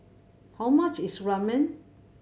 how much is Ramen